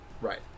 Right